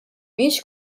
mhijiex